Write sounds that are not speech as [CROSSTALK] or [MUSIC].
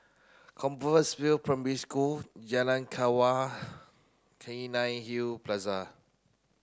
Compassvale Primary School Jalan Kelawar [UNINTELLIGIBLE] Plaza